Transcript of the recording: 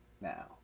now